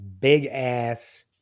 big-ass